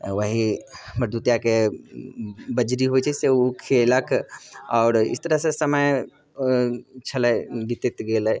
वही भरदुतिआके बजरी होइ छै से ओ खुएलक आओर इस तरहसँ समय छलै बितैत गेलै